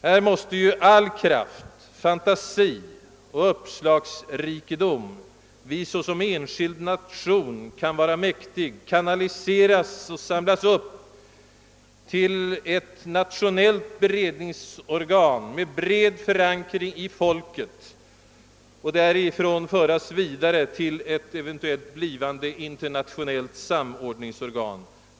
Här måste all kraft, fantasi och uppslagsrikedom vi såsom enskild nation kan vara mäktiga kanaliseras och samlas upp i ett nationellt beredningsorgan med bred förankring i folket och därifrån föras vidare till ett eventuellt blivande internationellt samordningsorgan.